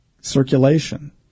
circulation